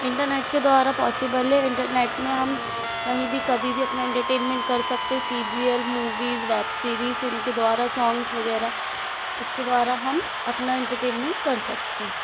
internet के द्वारा possible है इन्टरनेट में हम कही भी कभी भी अपना एंटरटेनमेंट कर सकते C B L movies web series इनके द्वारा सोंग्स वगैरह इसके द्वारा हम अपना एंटरटेनमेंट कर सकते हैं